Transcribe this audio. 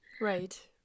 Right